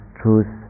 truth